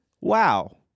wow